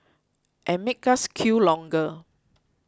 and make us queue longer